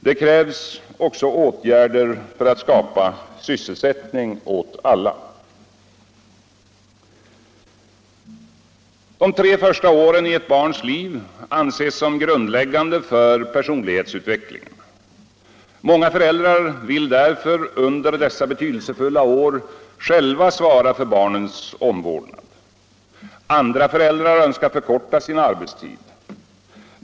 Det krävs också åtgärder för att skapa sysselsättning åt alla. De tre första åren i ett barns liv anses som grundläggande för personlighetsutvecklingen. Många föräldrar vill därför under dessa betydelsefulla år själva svara för barnens omvårdnad. Andra föräldrar önskar förkorta sin arbetstid.